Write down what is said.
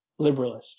liberalist